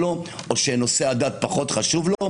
או שנושא הדת פחות חשוב לו.